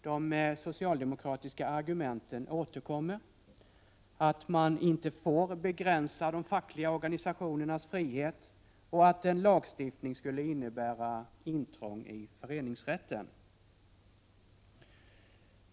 De socialdemokratiska argumenten återkommer: att man inte får begränsa de fackliga organisationernas frihet och att en lagstiftning skulle innebära intrång i föreningsrätten.